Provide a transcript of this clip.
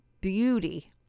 beauty